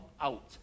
out